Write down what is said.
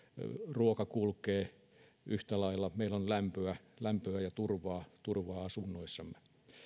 ruoka kulkee yhtä lailla ja meillä on lämpöä lämpöä ja turvaa asunnoissamme